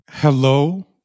Hello